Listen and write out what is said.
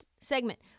segment